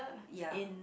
ya